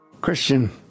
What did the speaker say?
Christian